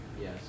Yes